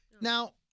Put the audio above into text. Now